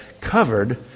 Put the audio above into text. covered